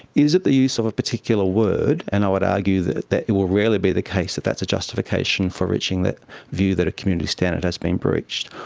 is it the use of a particular word? and i would argue that that it will rarely be the case if that's a justification for reaching the view that a community standard has been breached.